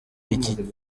iki